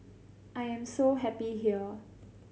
I am so happy here